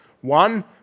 One